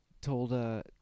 told